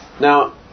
Now